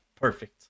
perfect